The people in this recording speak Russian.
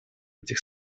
этих